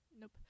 Nope